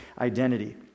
identity